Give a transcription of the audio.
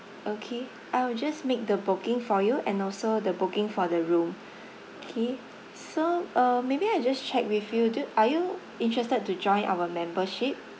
okay I will just make the booking for you and also the booking for the room K so uh maybe I just check with you do are you interested to join our membership